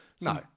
No